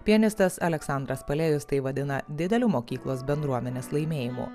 pianistas aleksandras palėjus tai vadina dideliu mokyklos bendruomenės laimėjimu